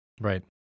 Right